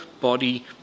body